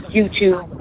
YouTube